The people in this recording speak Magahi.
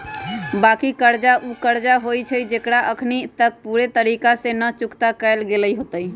बाँकी कर्जा उ कर्जा होइ छइ जेकरा अखनी तक पूरे तरिका से न चुक्ता कएल गेल होइत